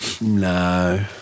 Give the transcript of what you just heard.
No